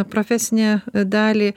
profesinę dalį